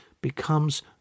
becomes